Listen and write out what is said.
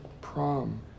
prom